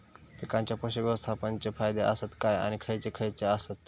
पीकांच्या पोषक व्यवस्थापन चे फायदे आसत काय आणि खैयचे खैयचे आसत?